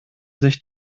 sich